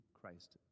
Christ